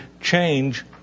change